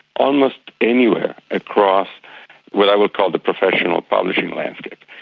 almost anywhere across what i would call the professional publishing landscape.